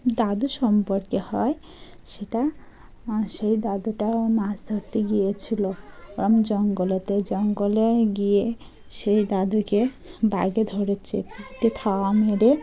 দাদু সম্পর্কে হয় সেটা সেই দাদুটাও মাছ ধরতে গিয়েছিল ওরম জঙ্গলেতে জঙ্গলে গিয়ে সেই দাদুকে বাঘে ধরেছে পেটে থাবা মেরে